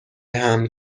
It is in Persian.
حمل